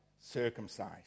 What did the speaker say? circumcised